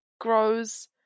grows